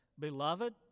Beloved